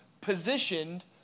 positioned